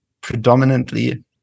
predominantly